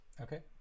okay